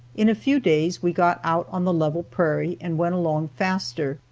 in a few days we got out on the level prairie and went along faster.